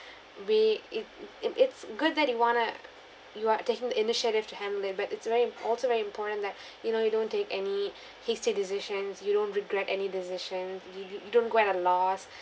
be it it it's good that you want to you are taking the initiative to handle it but it's very also very important that you know you don't take any hasty decisions you don't regret any decisions you you you don't go at last